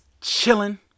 chilling